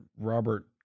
Robert